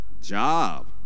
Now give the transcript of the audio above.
Job